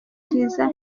cyiza